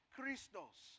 Christos